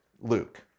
Luke